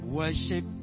worship